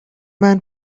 man